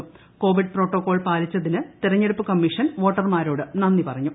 COVID protocol പാലിച്ചതിന് തെരഞ്ഞെടുപ്പ് commission വോട്ടർമാരോട് നന്ദി പറഞ്ഞു